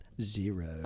zero